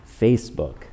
Facebook